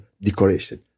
decoration